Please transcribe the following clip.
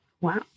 Wow